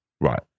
right